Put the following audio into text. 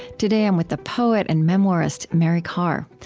today, i'm with the poet and memoirist, mary karr,